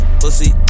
pussy